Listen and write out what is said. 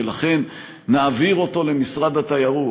ולכן נעביר אותו למשרד התיירות,